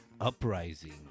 Uprising